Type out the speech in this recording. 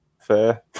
Fair